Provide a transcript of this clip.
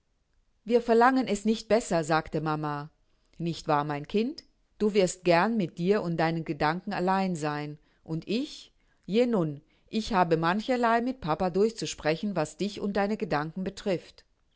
wir verlangen es nicht besser sagte mama nicht wahr mein kind du wirst gern mit dir und deinen gedanken allein sein und ich je nun ich habe mancherlei mit papa durchzusprechen was dich und deine gedanken betrifft